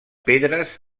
pedres